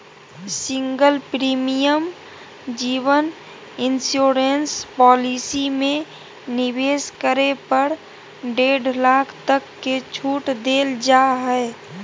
single premium जीवन insurance policy में निवेश करे पर डेढ़ लाख तक के छूट देल जा हइ